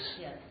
Yes